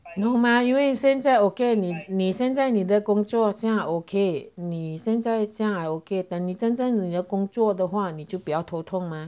no 吗因为现在 okay 你你现在你的工作现在还 okay 你现在这样还 okay 等你真正你有工作的话你就比较头痛吗